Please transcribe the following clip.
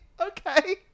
Okay